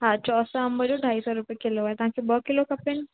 हा चौसा अंब जो ढाई सौ रुपए किलो आहे तव्हांखे ॿ किलो खपनि